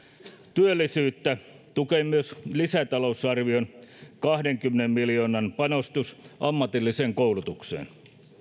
työllisyyttä tukee myös lisätalousarvion kahdenkymmenen miljoonan panostus ammatilliseen koulutukseen